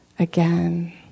again